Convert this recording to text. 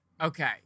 Okay